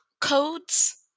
codes